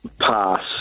Pass